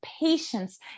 patience